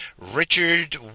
Richard